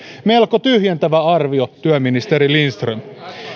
melko tyhjentävä arvio työministeri lindström